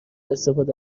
استفاده